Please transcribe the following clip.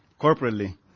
corporately